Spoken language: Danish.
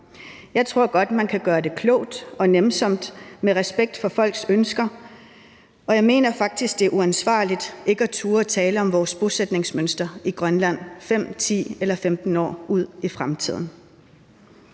Jeg tror godt, man kan gøre det klogt og nænsomt med respekt for folks ønsker, og jeg mener faktisk, at det er uansvarligt ikke at turde tale om vores bosætningsmønster i Grønland 5, 10 eller 15 år ud i fremtiden.